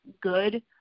good